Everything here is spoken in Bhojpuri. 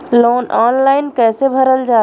लोन ऑनलाइन कइसे भरल जाला?